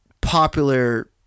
popular